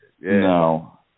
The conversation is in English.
No